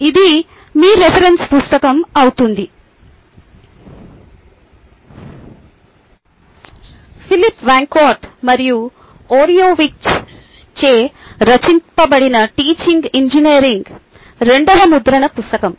ఇది మీ రిఫరెన్స్ పుస్తకం అవుతుంది ఫిలిప్ వాంకాట్ మరియు ఒరియోవిక్జ్ చే రచింపబడిన టీచింగ్ ఇంజనీరింగ్ రెండవ ముద్రణ పుస్తకం